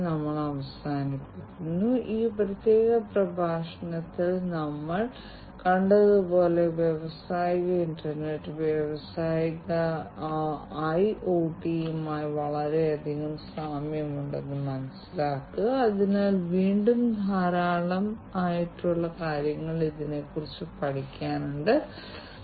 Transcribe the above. അതിനാൽ അടിസ്ഥാനപരമായി ഇത് ക്രമേണ ഓരോ ദിവസവും IIoT സാങ്കേതികവിദ്യകളുടെ ദത്തെടുക്കൽ വർദ്ധിച്ചുകൊണ്ടിരിക്കുകയാണ് ഭാവിയിൽ ഇത് ഇനിയും വർദ്ധിക്കുമെന്ന് പ്രതീക്ഷിക്കുന്നു കൂടാതെ വ്യത്യസ്ത വ്യവസായങ്ങൾ ഉള്ള വളരെ നന്നായി ബന്ധപ്പെട്ടിരിക്കുന്ന ഒരു ലോകം നമുക്ക് കാണാൻ കഴിയും